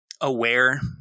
aware